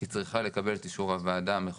היא צריכה לקבל את אישור הוועדה המחוזית,